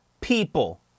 people